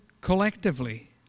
collectively